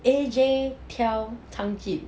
A_J teow 汤剂